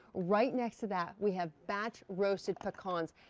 right next to that we have batch roasted pecans.